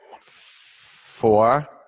four